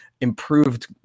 improved